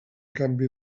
canvi